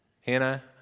Hannah